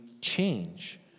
change